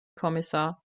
kommissar